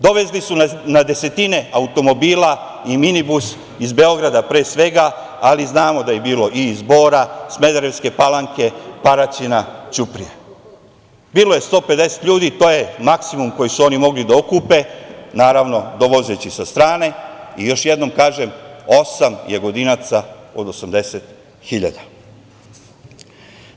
Dovezli su na desetine automobila i minibus iz Beograda, pre svega, ali znamo da je bilo i iz Bora, Smederevske Palanke, Paraćina, Ćuprije, bilo je 150 ljudi, to je maksimum koji su oni mogli da okupe, naravno, dovozeći sa strane i još jednom kažem, osam Jagodinaca od 80.000.